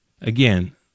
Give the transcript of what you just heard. again